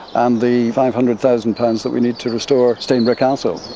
um the five hundred thousand pounds that we need to restore stainborough castle.